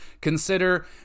consider